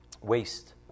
waste